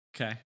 Okay